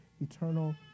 eternal